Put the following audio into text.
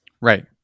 Right